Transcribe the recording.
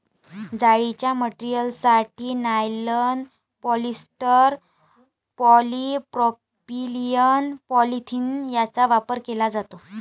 जाळीच्या मटेरियलसाठी nylon, polyester, polypropylene, polyethylene यांचा वापर केला जातो